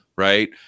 Right